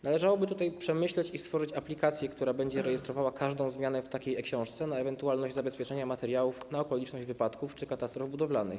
Należałoby to przemyśleć i stworzyć aplikację, która będzie rejestrowała każdą zmianę w takiej e-książce z uwagi na ewentualność zabezpieczenia materiałów na okoliczność wypadków czy katastrof budowlanych.